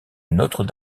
notre